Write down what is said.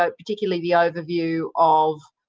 um particularly the overview of